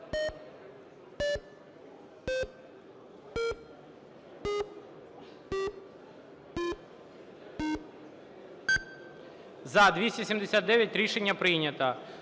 – 6. Рішення прийнято.